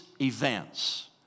events